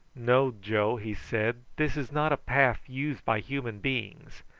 no, joe, he said this is not a path used by human beings.